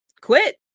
quit